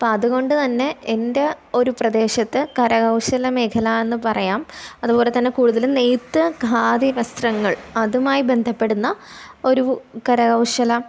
അപ്പോള് അതുകൊണ്ട് തന്നെ എൻ്റെ ഒരു പ്രദേശത്തെ കരകൗശല മേഖല എന്ന് പറയാം അതുപോല തന്നെ കൂടുതലും നെയ്ത്ത് ഖാദി വസ്ത്രങ്ങൾ അതുമായി ബന്ധപ്പെടുന്ന ഒരു കരകൗശലം